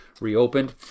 reopened